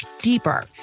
deeper